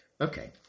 Okay